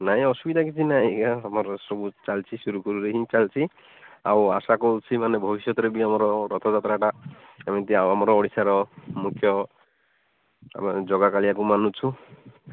ନାଇଁ ଅସୁବିଧା କିଛି ନାଇଁ ଏହା ଆମର ସବୁ ଚାଲିଛି ସୁରୁଖୁରୁରେ ହିଁ ଚାଲିଛି ଆଉ ଆଶା କରୁଛି ମାନେ ଭବିଷ୍ୟତରେ ବି ଆମର ରଥଯାତ୍ରାଟା ଏମିତି ଆମ ଓଡ଼ିଶାର ମୁଖ୍ୟ ଜଗା କାଳିଆକୁ ମାନୁଛୁ